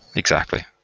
exactly.